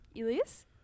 Elias